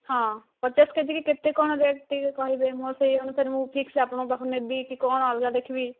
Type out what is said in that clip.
ହଁ ପଚାଶ କେଜି କି କେତେ କଣ ରେଟ୍ ଟିକେ କହିବେ ମୋର ସେହି ଅନୁସାରେ ମୁଁ ଫିକ୍ସ ଆପଣଙ୍କ ପାଖରୁ ନେବି କି କଣ ଅଲଗା ଦେଖିବି